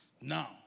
Now